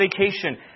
vacation